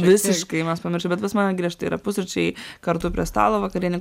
visiškai mus pamiršę bet pas mane griežtai yra pusryčiai kartu prie stalo vakarienė